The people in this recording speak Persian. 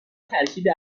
ترکیبی